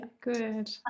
good